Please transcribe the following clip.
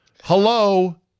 Hello